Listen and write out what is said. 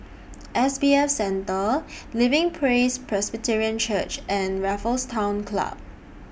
S B F Center Living Praise Presbyterian Church and Raffles Town Club